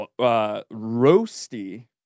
Roasty